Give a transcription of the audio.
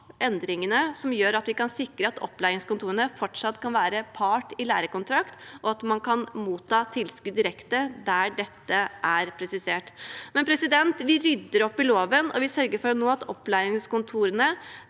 endringene som gjør at vi kan sikre at opplæringskontorene fortsatt kan være part i lærekontrakt, og at man kan motta tilskudd direkte der dette er presisert. Vi rydder opp i loven, og vi sørger for at opplæringskontorene